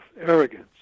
arrogance